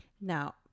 Now